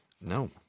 No